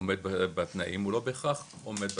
עומד בתנאים, הוא לא בהכרח עומד בתנאים.